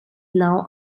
now